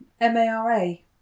M-A-R-A